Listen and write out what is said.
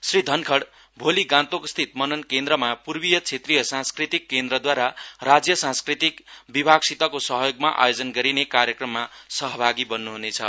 श्री धनखण्ड भोली गान्तोक स्थित मनन् केन्द्रमा पूर्वीय क्षेत्रिय सांस्कृतिक केन्द्रद्वारा राज्य सांस्कृतिक विभागसितको सहयोगमा आयोजन गरिने कार्यक्रममा सहभागि बन्न्हनेछ